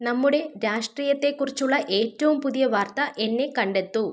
നമ്മുടെ രാഷ്ട്രീയത്തെക്കുറിച്ചുള്ള ഏറ്റവും പുതിയ വാർത്ത എന്നെ കണ്ടെത്തൂ